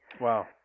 Wow